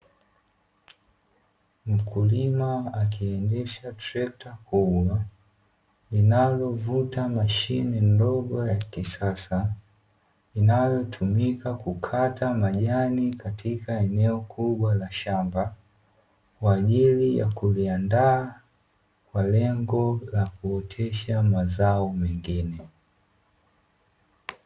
Mkulima akiendesha trekta kubwa linalovuta mashine ndogo ya kisasa, inayotumika kukata majani katika eneo kubwa la shamba, kwa ajili ya kuliandaa kwa lengo la kuotesha mazao mengine.